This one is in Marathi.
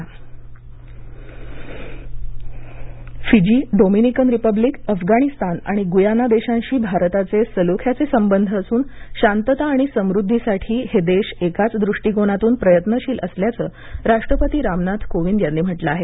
परराष्ट्र संबध फिजी डोमीनिकन रिपब्लिक अफगणिस्तान आणि गुयाना देशांशी भारताचे सलोख्याचे संबध असून शांतता आणि समृद्धीसाठी हे देश एकाच दृष्टीकोनातून प्रयत्नशील असल्याचं राष्ट्रपती रामनाथ कोविन्द यांनी म्हटलं आहे